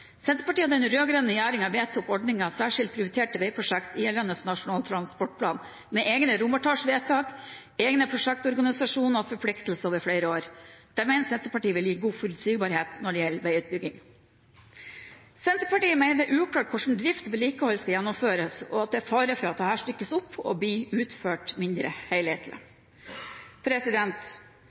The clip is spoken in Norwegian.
Senterpartiet og den rød-grønne regjeringen vedtok ordningen med særskilt prioriterte veiprosjekter i gjeldende Nasjonal transportplan, med egne romertallsvedtak, egne prosjektorganisasjoner og forpliktelser over flere år. Det mener Senterpartiet ville gitt god forutsigbarhet når det gjelder veiutbygging. Senterpartiet mener det er uklart hvordan drift og vedlikehold skal gjennomføres, og at det er fare for at dette stykkes opp og blir utført mindre